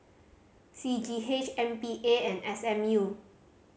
C G H M P A and S M U